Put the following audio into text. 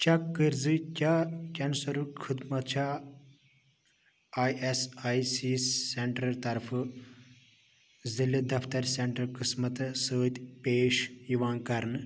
check کٔرۍ زِ کیٛاہ کٮ۪نسَرُک خٔدمت چھا I S I C centre طرفہٕ ضلعہٕ دفتر سینٛٹَر قٕسمَتس سۭتۍ پیش یِوان کَرنہٕ